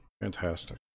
Fantastic